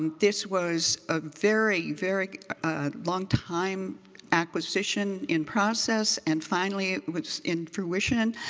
this was a very, very long time acquisition in process. and finally it was in fruition,